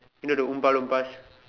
you know the oompah-loompahs